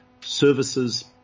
services